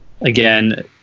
again